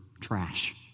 trash